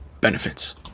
benefits